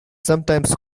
sometimes